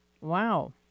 wow